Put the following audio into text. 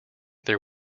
there